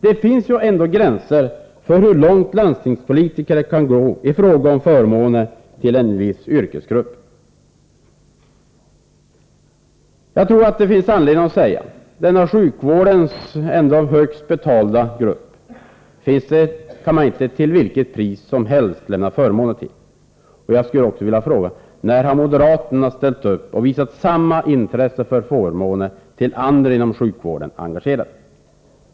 Det finns ju ändå gränser för hur långt landstingspolitiker kan gå i fråga om förmåner till en viss yrkesgrupp. Jag tror att det finns anledning att säga: Denna sjukvårdens högst betalda grupp kan man inte lämna förmåner till vilket pris som helst. Jag skulle också vilja fråga: När har moderaterna ställt upp och visat samma intresse för förmåner till andra inom sjukvården engagerade?